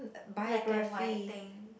black and white thing